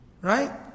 Right